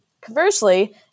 Conversely